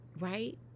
right